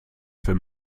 für